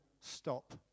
stop